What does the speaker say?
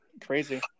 Crazy